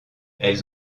elles